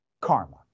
karma